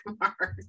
mark